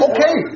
Okay